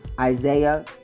Isaiah